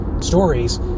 stories